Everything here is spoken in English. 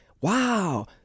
wow